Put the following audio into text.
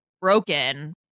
broken